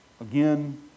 again